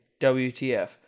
WTF